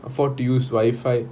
afford to use wifi